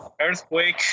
earthquake